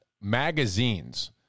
magazines